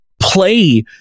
play